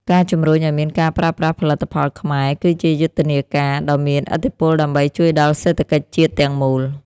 ការជំរុញឱ្យមានការប្រើប្រាស់ផលិតផលខ្មែរ គឺជាយុទ្ធនាការដ៏មានឥទ្ធិពលដើម្បីជួយដល់សេដ្ឋកិច្ចជាតិទាំងមូល។